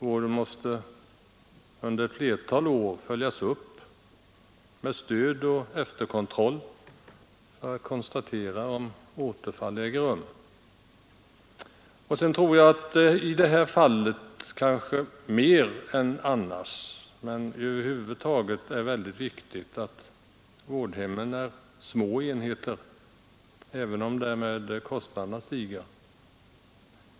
Vården måste under ett flertal år följas upp med stöd och efterkontroll för att konstatera om återfall äger rum. Sedan tror jag att det i detta fall kanske mer än annars är mycket viktigt att vårdhemmen är små enheter, även om därmed kostnaderna stiger.